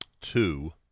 two